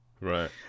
Right